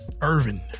Irvin